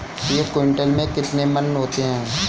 एक क्विंटल में कितने मन होते हैं?